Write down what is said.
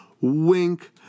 wink